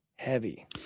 Heavy